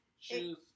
Shoes